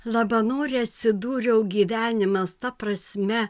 labanore atsidūriau gyvenimas ta prasme